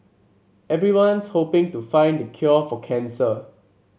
everyone's hoping to find the cure for cancer